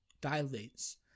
dilates